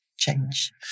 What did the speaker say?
change